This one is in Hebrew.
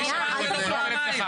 לא פעם ולא פעמיים.